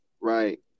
Right